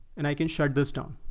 and i can shut this down.